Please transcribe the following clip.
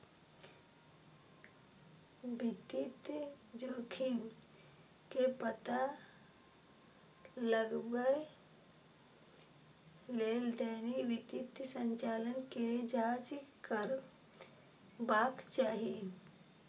वित्तीय जोखिम के पता लगबै लेल दैनिक वित्तीय संचालन के जांच करबाक चाही